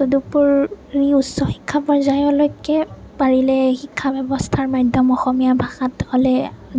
তদুপৰি উচ্চশিক্ষা পৰ্য্য়ায়লৈকে পাৰিলে শিক্ষা ব্য়ৱস্থাৰ মাধ্য়ম অসমীয়া ভাষাত হ'লে